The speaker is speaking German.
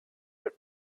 wird